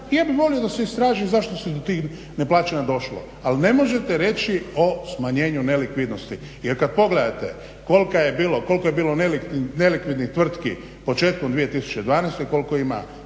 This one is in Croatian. i ja bih volio da se istraži zašto se do tih neplaćanja došlo. Ali ne možete reći o smanjenju nelikvidnosti jer kad pogledate koliko je bilo nelikvidnih tvrtki početkom 2012. i koliko ima